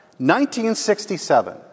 1967